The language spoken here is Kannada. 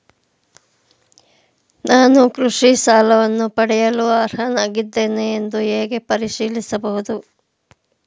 ನಾನು ಕೃಷಿ ಸಾಲವನ್ನು ಪಡೆಯಲು ಅರ್ಹನಾಗಿದ್ದೇನೆಯೇ ಎಂದು ಹೇಗೆ ಪರಿಶೀಲಿಸಬಹುದು?